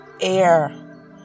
air